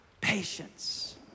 Patience